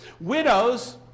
Widows